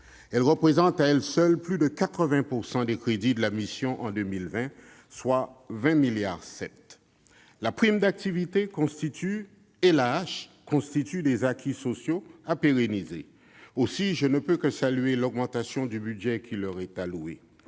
Elles représentent à elles seules plus de 80 % des crédits de la mission en 2020, soit 20,7 milliards d'euros. La prime d'activité et l'AAH constituent des acquis sociaux à pérenniser. Aussi, je ne peux que saluer l'augmentation du budget qui leur est alloué.